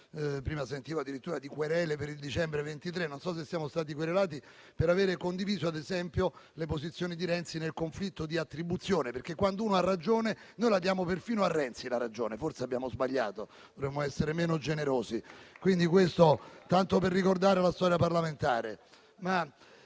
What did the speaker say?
Prima sentivo addirittura parlare di querele per il dicembre 2023; non so se siamo stati querelati per avere condiviso, ad esempio, le posizioni di Renzi nel conflitto di attribuzione, perché quando uno ha ragione noi la diamo perfino a Renzi; forse abbiamo sbagliato, dovremmo essere meno generosi. Dico questo tanto per ricordare la storia parlamentare.